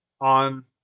on